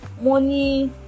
money